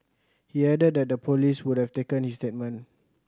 he added that the police would have taken his statement